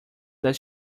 does